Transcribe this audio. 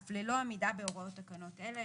אף ללא עמידה בהוראות תקנות אלה.